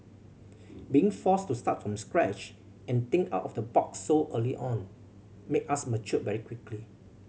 being forced to start from scratch and think out of the box so early on made us mature very quickly